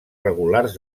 regulars